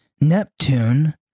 Neptune